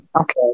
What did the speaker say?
okay